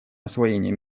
освоение